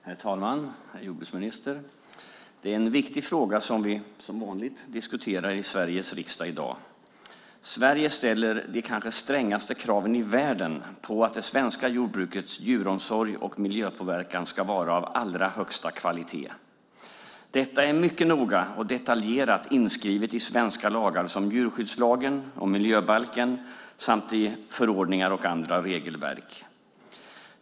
Herr talman! Herr jordbruksminister! Det är en viktig fråga, som vanligt, som vi diskuterar i Sveriges riksdag just nu. Sverige ställer de kanske strängaste kraven i världen på att jordbrukets djuromsorg och miljö ska vara av allra högsta kvalitet. Detta är mycket noga och detaljerat inskrivet i svenska lagar som djurskyddslagen, miljöbalken samt i förordningar och andra regelverk.